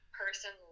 person